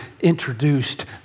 introduced